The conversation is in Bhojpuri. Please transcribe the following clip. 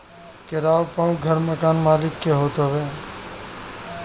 किराए पअ घर मकान मलिक के होत हवे